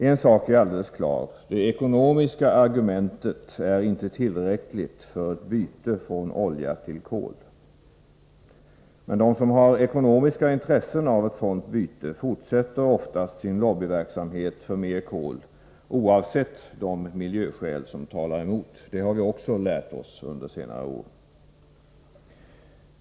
En sak är alldeles klar: det ekonomiska argumentet är inte tillräckligt för ett byte från olja till kol. Men de som har ekonomiska intressen av ett sådant byte fortsätter oftast sin lobbyverksamhet för ökad kolanvändning, utan hänsyn till de miljöskäl som talar emot — det har vi lärt oss under senare år.